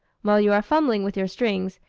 while you are fumbling with your strings,